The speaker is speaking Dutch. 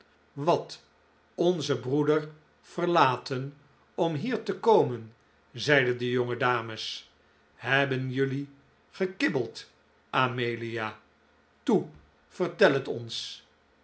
wat onzen broeder verlaten om hier te komen zeiden de jonge dames hebben jelui gekibbeld amelia toe vertel het ons